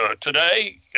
today